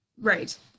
Right